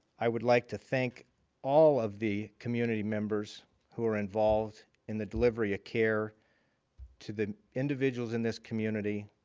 i would like to thank all of the community members who are involved in the delivery of ah care to the individuals in this community.